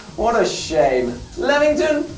what a shame. levington?